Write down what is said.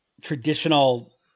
traditional